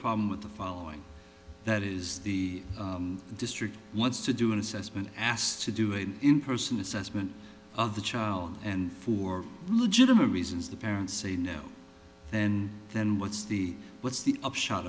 know problem with the following that is the district wants to do an assessment asked to do it in person assessment of the child and for legitimate reasons the parents say now and then what's the what's the upshot